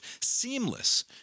seamless